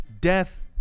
death